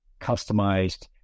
customized